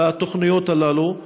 לתוכניות הללו.